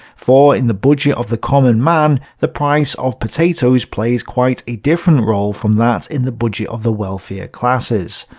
for in the budget of the common man the price of potatoes plays quite a different role from that in the budget of the wealthier classes.